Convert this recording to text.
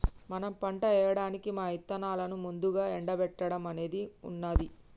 మనం పంట ఏయడానికి మా ఇత్తనాలను ముందుగా ఎండబెట్టడం అనేది ఉన్నది